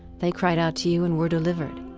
they cried out to you and were delivered.